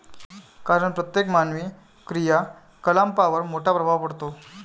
कारण प्रत्येक मानवी क्रियाकलापांवर मोठा प्रभाव पडतो